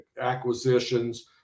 acquisitions